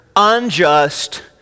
unjust